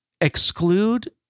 exclude